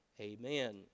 amen